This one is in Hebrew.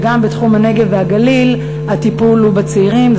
שגם בתחום הנגב והגליל הטיפול הוא בצעירים.